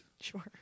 Sure